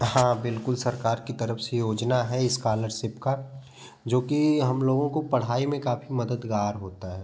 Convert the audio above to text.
हाँ बिल्कुल सरकार की तरफ से योजना है इस्कालरसिप का जो कि हम लोगों को पढ़ाई में काफ़ी मददगार होता है